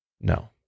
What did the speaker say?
No